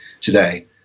today